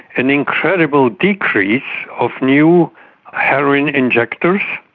an incredible decrease of new heroin injectors,